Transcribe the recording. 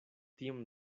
tiom